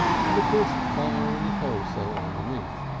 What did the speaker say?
and a brisk fire in the coal cellar underneath.